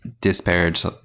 disparage